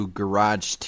garage